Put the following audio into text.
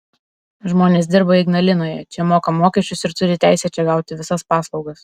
žmonės dirba ignalinoje čia moka mokesčius ir turi teisę čia gauti visas paslaugas